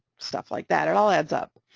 stuff like that, it all adds up.